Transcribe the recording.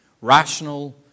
Rational